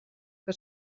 que